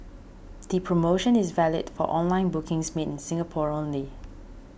the promotion is valid for online bookings made in Singapore only